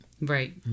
Right